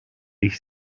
ich